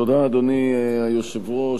אדוני היושב-ראש,